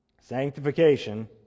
Sanctification